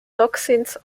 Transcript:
toxins